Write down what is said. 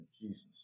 Jesus